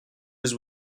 his